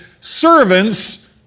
servants